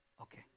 Okay